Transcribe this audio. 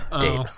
Date